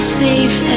safe